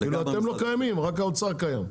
אתם לא קיימים, רק האוצר קיים.